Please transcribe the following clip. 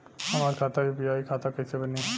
हमार खाता यू.पी.आई खाता कइसे बनी?